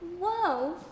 whoa